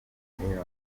mukombozi